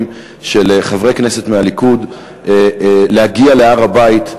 של חברי הכנסת מהליכוד להגיע להר-הבית,